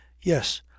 Yes